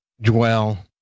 dwell